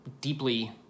deeply